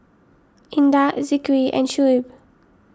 Indah a Zikri and Shuib